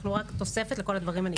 אנחנו רק תוספת לכל הדברים.